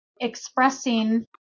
expressing